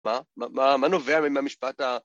‫מה? מה נובע ממשפט ה...